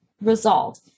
result